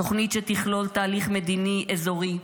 תוכנית שתכלול תהליך מדיני אזורי,